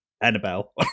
Annabelle